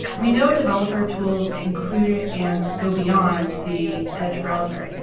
we know developer tools include and go beyond the edge browser.